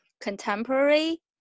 contemporary